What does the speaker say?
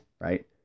right